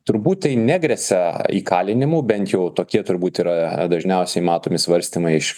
turbūt tai negresia įkalinimu bent jau tokie turbūt yra dažniausiai matomi svarstymai iš na